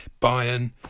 Bayern